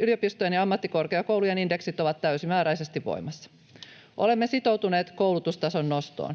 Yliopistojen ja ammattikorkeakoulujen indeksit ovat täysimääräisesti voimassa. Olemme sitoutuneet koulutustason nostoon.